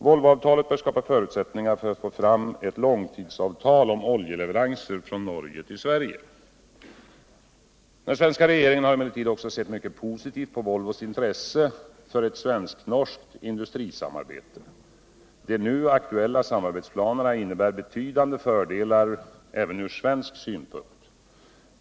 Volvoavtalet bör skapa förutsättningar för att få fram ett långtidsavtal om Den svenska regeringen har emellertid också sett mycket positivt på Volvos intresse för ett svensk-norskt industrisamarbete. De nu aktuella samarbetsplanerna innebär betydande fördelar även ur svensk synpunkt.